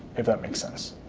if that makes sense.